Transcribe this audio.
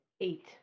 Eight